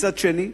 מצד שני,